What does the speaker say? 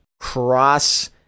cross